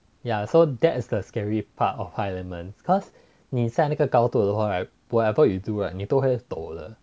ya so that's the scary part of high elements cause 你在那个高度的话 right whatever you do right 你都会抖的